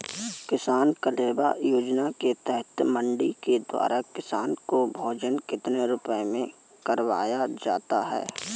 किसान कलेवा योजना के तहत मंडी के द्वारा किसान को भोजन कितने रुपए में करवाया जाता है?